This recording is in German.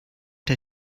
der